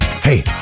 Hey